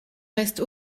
reste